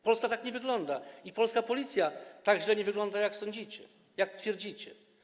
Polska tak nie wygląda i polska Policja tak źle nie wygląda, jak sądzicie, jak twierdzicie.